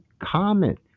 comment